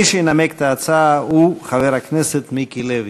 מי שינמק את ההצעה הוא חבר הכנסת מיקי לוי.